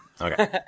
Okay